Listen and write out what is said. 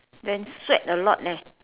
then sweat a lot leh